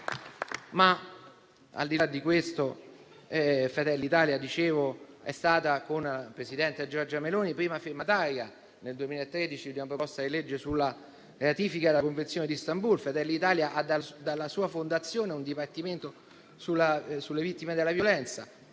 di là di questo, Fratelli d'Italia è stata, con la presidente del consiglio Giorgia Meloni, prima firmataria nel 2013 di una proposta di legge sulla ratifica della Convenzione di Istanbul; Fratelli d'Italia ha dalla sua fondazione un dipartimento sulle vittime della violenza.